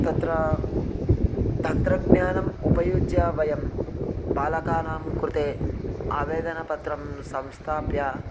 तत्र तन्त्रज्ञानम् उपयुज्य वयं बालकानां कृते आवेदनपत्रं संस्थाप्य